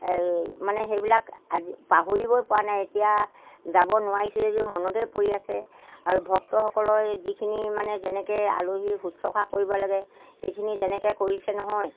এই মানে সেইবিলাক আজি পাহৰিবই পোৱা নাই এতিয়া যাব নোৱাৰিছোঁ যদিও মনতে পৰি আছে আৰু ভক্তসকলৰ এই যিখিনি মানে যেনেকৈ আলহী শুশ্ৰূষা কৰিব লাগে সেইখিনি যেনেকৈ কৰিছে নহয়